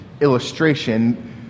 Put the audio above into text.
illustration